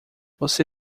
você